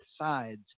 sides